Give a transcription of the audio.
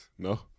No